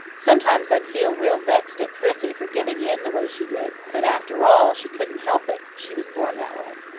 sometimes i'd feel real vexed at prissy for giving in the way she did but, after all, she couldn't help it she was born that way.